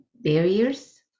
barriers